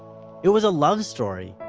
it was a love story.